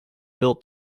built